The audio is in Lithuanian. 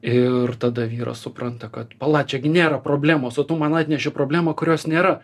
ir tada vyras supranta kad pala čia gi nėra problemos o tu man atneši problemą kurios nėra